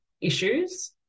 issues